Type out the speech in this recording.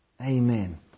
Amen